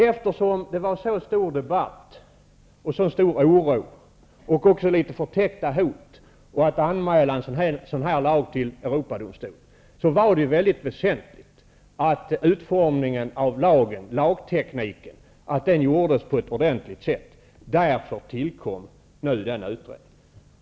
Eftersom det var så stor debatt och så stor oro och även litet förtäckta hot om anmälan av lagen till Europadomstolen, var det mycket väsentligt att utformningen av lagen gjordes på ett ordentligt sätt. Därför tillkom denna utredning.